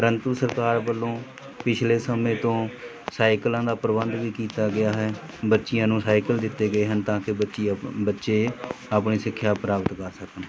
ਪਰੰਤੂ ਸਰਕਾਰ ਵੱਲੋਂ ਪਿਛਲੇ ਸਮੇਂ ਤੋਂ ਸਾਈਕਲਾਂ ਦਾ ਪ੍ਰਬੰਧ ਵੀ ਕੀਤਾ ਗਿਆ ਹੈ ਬੱਚੀਆਂ ਨੂੰ ਸਾਈਕਲ ਦਿੱਤੇ ਗਏ ਹਨ ਤਾਂ ਕਿ ਬੱਚੀ ਬੱਚੇ ਆਪਣੀ ਸਿੱਖਿਆ ਪ੍ਰਾਪਤ ਕਰ ਸਕਣ